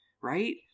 right